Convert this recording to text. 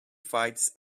fights